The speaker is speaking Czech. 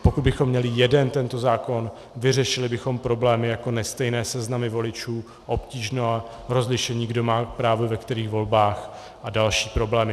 Pokud bychom měli jeden tento zákon, vyřešili bychom problémy jako nestejné seznamy voličů, obtížné rozlišení, kdo má právo v kterých volbách a další problémy.